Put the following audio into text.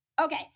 Okay